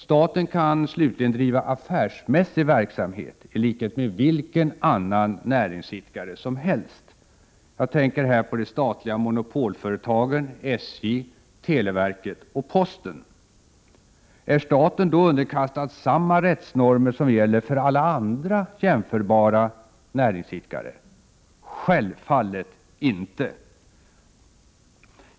Staten kan slutligen driva affärsmässig verksamhet i likhet med vilken annan näringsidkare som helst. Jag tänker här på de statliga monopolföretagen SJ, televerket och posten. Är staten då underkastad samma rättsnormer som gäller för alla andra jämförbara näringsidkare? Självfallet inte.